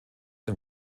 dem